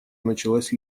началась